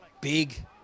big